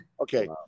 Okay